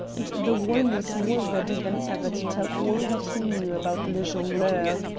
and the worm was more ready than ever to tell all that he knew about le jongleur.